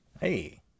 Hey